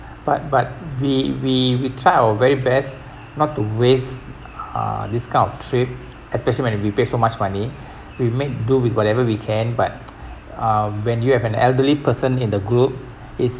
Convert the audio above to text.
but but we we we try our very best not to waste uh this kind of trip especially when we pay so much money we made do with whatever we can but uh when you have an elderly person in the group it's